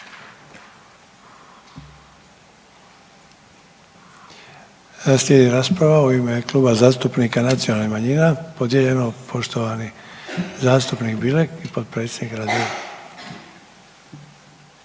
Slijedi rasprava u ime Kluba zastupnika nacionalnih manjina podijeljeno, poštovani zastupnik Bilek i potpredsjednik Radin.